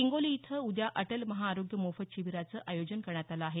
हिंगोली इथं उद्या अटल महाआरोग्य मोफत शिबिराचं आयोजन करण्यात आलं आहे